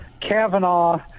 kavanaugh